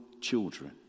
children